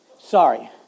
sorry